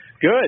Good